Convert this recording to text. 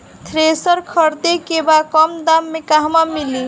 Thresher खरीदे के बा कम दाम में कहवा मिली?